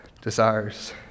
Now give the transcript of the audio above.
desires